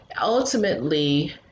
ultimately